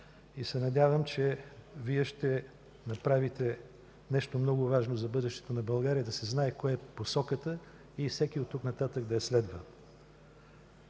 Надявам се, че Вие ще направите нещо много важно за бъдещето на България, за да се знае коя е посоката и всеки от тук нататък да я следва.